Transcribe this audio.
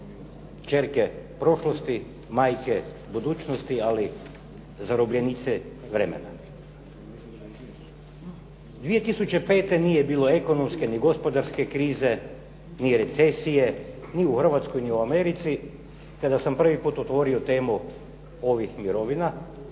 kćerke prošlosti, majke budućnosti, ali zarobljenice vremena. 2005. nije bilo ekonomske ni gospodarske krize, ni recesije, ni u Hrvatskoj, ni u Americi kada sam prvi put otvorio temu ovih mirovina.